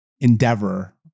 endeavor